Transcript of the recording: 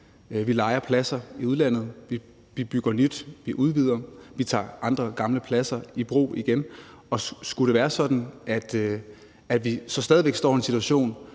vi lejer pladser i udlandet, vi bygger nyt, vi udvider, vi tager andre, gamle pladser i brug igen. Og skulle det være sådan, at vi så stadig væk står i en situation,